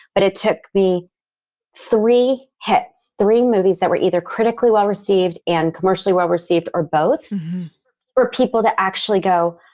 but it took me three hits, three movies that were either critically well received and commercially well received or both for people to actually go,